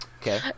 Okay